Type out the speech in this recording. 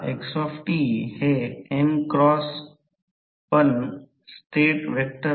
जास्तीत जास्त कार्यक्षमतेसाठी लोहाचे लॉस तांबे लॉस परंतु कृपया हे उत्तर स्वतः प्राप्त करा